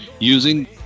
using